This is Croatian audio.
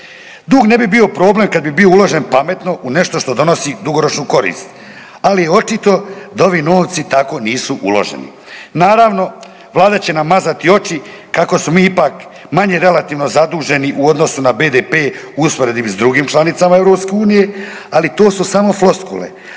Dug ne bi bio problem kad bi bio uložen pametno, u nešto što donosi dugoročnu korist ali očito da ovi novci tako nisu uloženi. Naravno, Vlada će nam mazati oči kako smo mi ipak manje relativno zaduženo u odnosu na BDP u usporedbi sa drugim članicama EU-a ali to su samo floskule